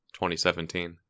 2017